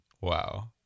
Wow